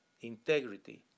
Integrity